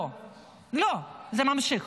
לא, זה ממשיך.